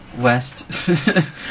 west